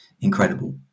incredible